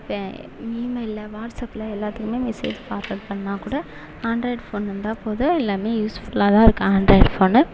இப்போ ஈமெயிலில் வாட்ஸ்அப்பில் எல்லாத்துக்கும் மெசேஜ் ஃபார்வேர்ட் பண்ணால் கூட ஆண்ட்ராய்டு ஃபோன் வந்தால் போதும் எல்லாம் யூஸ்ஃபுல்லாகதான் இருக்கு ஆண்ட்ராய்டு ஃபோனு